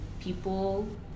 people